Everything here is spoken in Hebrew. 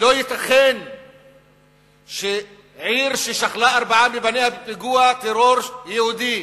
לא ייתכן שעיר ששכלה ארבעה מבניה בפיגוע טרור יהודי,